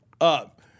up